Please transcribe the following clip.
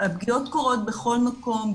הפגיעות קורות בכל מקום,